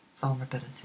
vulnerability